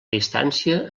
distància